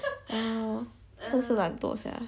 oh 真是懒惰 sia